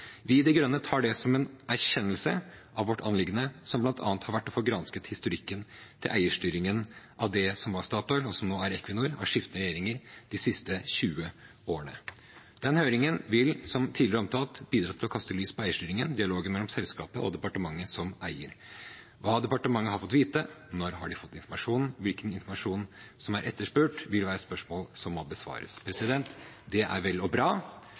Vi i De Grønne tar det som en erkjennelse av vårt anliggende, som bl.a. har vært å få gransket historikken til eierstyringen av det som var Statoil, som nå er Equinor, av skiftende regjeringer de siste 20 årene. Den høringen vil, som tidligere omtalt, bidra til å kaste lys på eierstyringen, dialogen mellom selskapet og departementet som eier. Hva departementet har fått vite, når de har fått informasjonen, og hvilken informasjon som er etterspurt, vil være spørsmål som må besvares. Det er vel og bra,